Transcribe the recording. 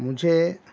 مجھے